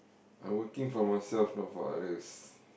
I working for myself not for others